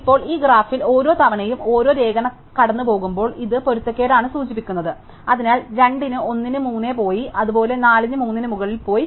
ഇപ്പോൾ ഈ ഗ്രാഫിൽ ഓരോ തവണയും ഒരു രേഖ കടന്നുപോകുമ്പോൾ ഇത് പൊരുത്തക്കേടാണ് സൂചിപ്പിക്കുന്നത് അതിനാൽ 2 ന് 1 ന് മുന്നേ പോയി അതുപോലെ 4 ന് 3 ന് മുകളിൽ പോയി